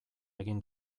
egin